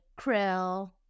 krill